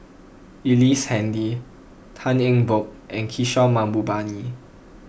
Ellice Handy Tan Eng Bock and Kishore Mahbubani